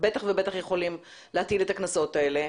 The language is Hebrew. בטח ובטח יכולים להטיל את הקנסות האלה.